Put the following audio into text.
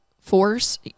force